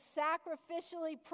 sacrificially